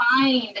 find